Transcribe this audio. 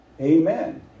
amen